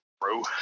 Bro